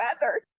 weather